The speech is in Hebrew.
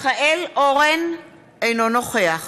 מצביע מיכאל אורן, אינו נוכח